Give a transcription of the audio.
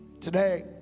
Today